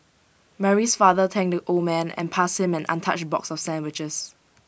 Mary's father thanked the old man and passed him an untouched box of sandwiches